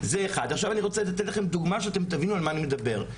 אני רוצה לתת לכם דוגמה שתבינו על מה אני מדבר.